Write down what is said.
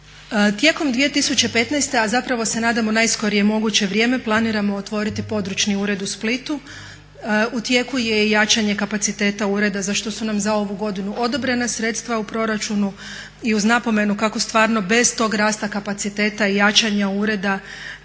Tijekom 2015., a zapravo se nadamo u najskorije moguće vrijeme planiramo otvoriti područni ured u Splitu. U tijeku je i jačanje kapaciteta ureda za što su nam za ovu godinu odobrena sredstva u proračunu i uz napomenu kako stvarno bez tog rasta kapaciteta i jačanja ureda